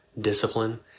discipline